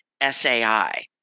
SAI